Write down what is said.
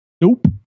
Nope